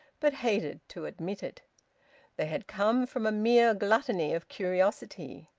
but hated to admit it. they had come from a mere gluttony of curiosity.